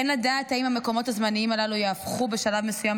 אין לדעת אם המקומות הזמניים הללו יהפכו בשלב מסוים